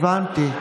הבנתי.